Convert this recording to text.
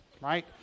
right